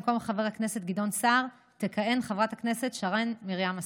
במקום חבר הכנסת גדעון סער תכהן חברת הכנסת שרן מרים השכל.